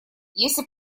если